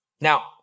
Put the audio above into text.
Now